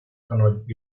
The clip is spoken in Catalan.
fenoll